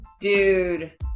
Dude